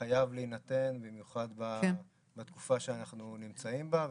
חייב להינתן, במיוחד בתקופה שאנחנו נמצאים בה.